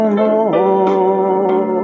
more